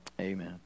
amen